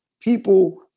people